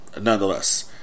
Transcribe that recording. nonetheless